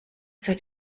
seid